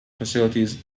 facilities